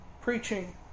preaching